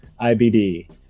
IBD